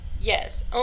yes